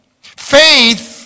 faith